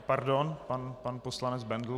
Pardon, pan poslanec Bendl.